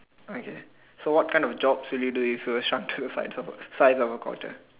okay so what kind of jobs will you do if you were shrunk to the size of a size of a quarter